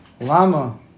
Lama